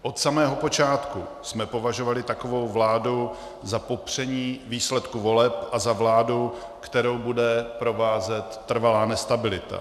Od samého počátku jsme považovali takovou vládu za popření výsledku voleb a za vládu, kterou bude provázet trvalá nestabilita.